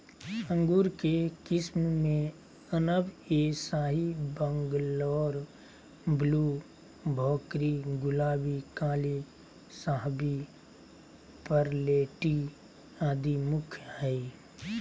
अंगूर के किस्म मे अनब ए शाही, बंगलोर ब्लू, भोकरी, गुलाबी, काली शाहवी, परलेटी आदि मुख्य हई